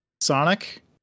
sonic